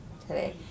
today